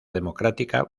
democrática